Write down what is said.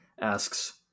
asks